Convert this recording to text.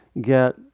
get